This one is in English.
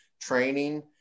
training